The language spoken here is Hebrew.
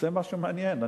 זה מעניין,